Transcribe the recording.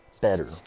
better